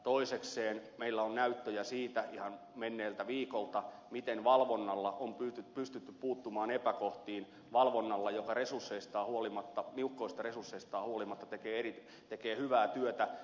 toisekseen meillä on näyttöjä siitä ihan menneeltä viikolta miten valvonnalla on pystytty puuttumaan epäkohtiin valvonnalla joka niukoista resursseistaan huolimatta tekee hyvää työtä